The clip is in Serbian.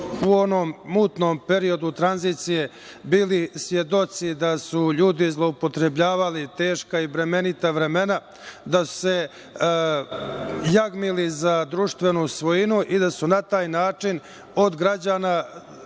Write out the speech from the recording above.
u onom mutnom periodu tranzicije bili svedoci da su ljudi zloupotrebljavali teška i bremenita vremena, da su se jagmili za društvenu svojinu i da su na taj način od građana